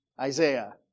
Isaiah